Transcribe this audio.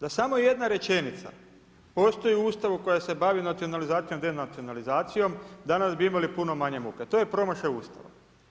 Da samo jedna rečenica postoji u Ustavu koja se bavi nacionalizacijom, denacionalizacijom danas bi imali puno manje muke, a to je promašaj Ustava.